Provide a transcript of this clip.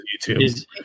YouTube